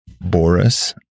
boris